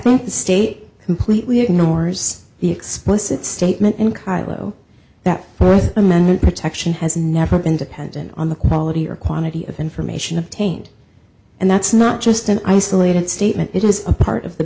think the state completely ignores the explicit statement in cairo that th amendment protection has never been dependent on the quality or quantity of information obtained and that's not just an isolated statement it is a part of the